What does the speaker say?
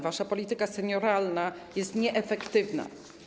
Wasza polityka senioralna jest nieefektywna.